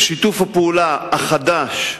שיתוף הפעולה החדש,